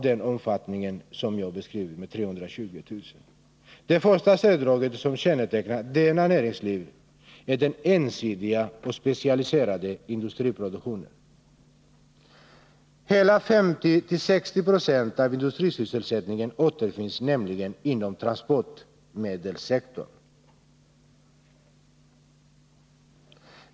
Det som kännetecknar detta näringsliv är först och främst den ensidiga och specialiserade industriproduktionen. Hela 50-60 976 av industrisysselsättningen återfinns nämligen inom transportmedelssektorn.